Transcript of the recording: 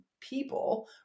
people